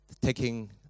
taking